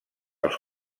els